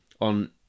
on